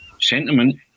sentiment